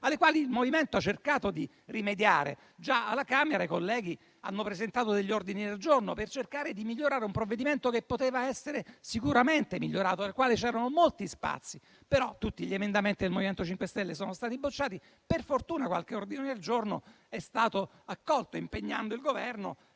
alle quali il MoVimento ha cercato di rimediare. Già alla Camera i colleghi hanno presentato degli ordini del giorno per cercare di migliorare un provvedimento che poteva essere sicuramente migliorato, nel quale c'erano molti spazi. Tutti gli emendamenti, però, del MoVimento 5 Stelle sono stati bocciati; per fortuna qualche ordine del giorno è stato accolto, impegnando il Governo,